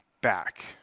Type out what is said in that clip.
back